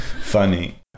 Funny